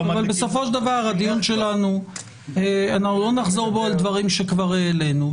אבל בסופו של דבר אנחנו לא נחזור בדיון על דברים שכבר העלינו.